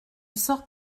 sort